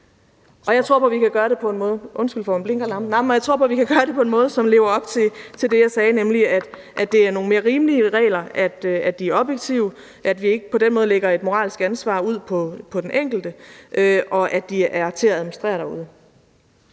og jeg tror, vi kan gøre det på en måde, som lever op til det, jeg sagde, nemlig at det bliver nogle mere rimelige regler, at de er objektive, at vi ikke på den måde lægger et moralsk ansvar ud på den enkelte, og at de er til at administrere derude.